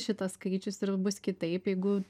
šitas skaičius ir bus kitaip jeigu